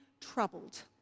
troubled